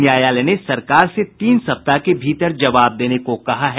न्यायालय ने सरकार से तीन सप्ताह के भीतर जवाब देने को कहा है